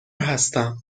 هستم